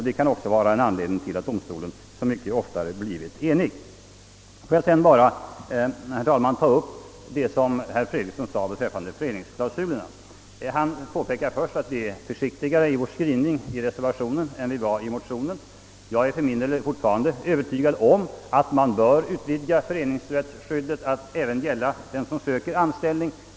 Detta har varit anledningen till att domstolen så mycket oftare har blivit enig. Sedan vill jag också ta upp det som herr Fredriksson sade om föreningsklausulerna. Först påpekade han att vi i vår reservation är försiktigare i vår skrivning än vi var i motionen. Det är riktigt. Jag är emellertid för min del alltjämt övertygad om att föreningsrättsskyddet bör utvidgas att gälla även den som söker anställning.